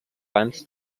funds